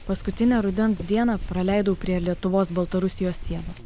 paskutinę rudens dieną praleidau prie lietuvos baltarusijos sienos